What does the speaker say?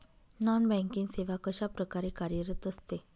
Non banking सेवा कशाप्रकारे कार्यरत असते?